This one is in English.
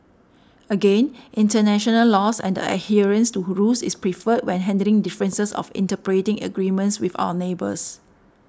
again international laws and the adherence to rules is preferred when handling differences of interpreting agreements with our neighbours